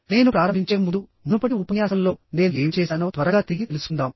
నేను ప్రారంభించే ముందు మునుపటి ఉపన్యాసంలో నేను ఏమి చేశానో త్వరగా తిరిగి తెలుసుకుందాం